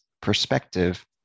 perspective